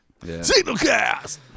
SignalCast